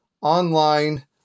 online